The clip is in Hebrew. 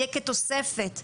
יהיה כתוספת.